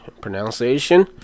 pronunciation